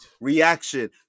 reaction